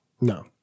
No